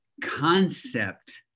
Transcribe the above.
concept